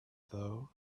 though